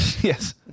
Yes